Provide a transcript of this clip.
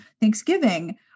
Thanksgiving